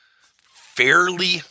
fairly